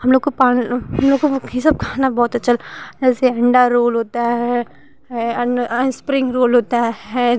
हम लोग को हम लोग को ये सब खाना बहुत अच्छा जैसे अंडा रोल होता है इस्प्रिंग रोल होता है